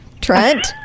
Trent